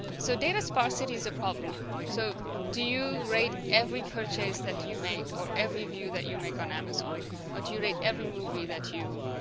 so data sparsity is a problem so do you rate every purchase that you make or every view that you make on amazon or do you rate every movie that you